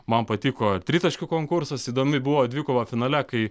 man patiko tritaškių konkursas įdomi buvo dvikova finale kai